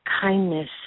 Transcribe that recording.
kindness